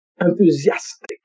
enthusiastic